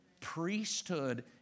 Priesthood